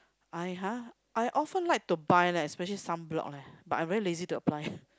I !huh! I often like to buy leh especially sunblock leh but I very lazy to apply